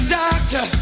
doctor